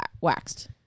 waxed